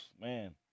man